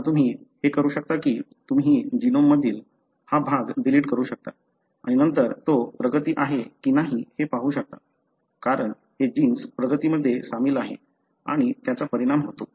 आता तुम्ही हे करू शकता की तुम्ही जीनोममधील हा भाग डिलीट करू शकता आणि नंतर तो प्रगती आहे की नाही ते पाहू शकता कारण हे जीन्स प्रगती मध्ये सामील आहे आणि त्याचा परिणाम होतो